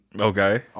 Okay